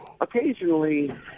Occasionally